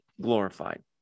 glorified